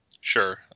Sure